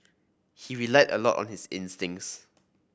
he relied a lot on his instincts